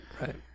right